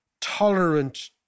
tolerant